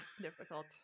difficult